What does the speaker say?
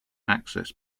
access